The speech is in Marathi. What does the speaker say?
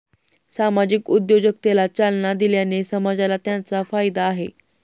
सामाजिक उद्योजकतेला चालना दिल्याने समाजाला त्याचा फायदा आहे